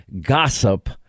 gossip